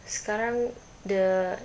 sekarang the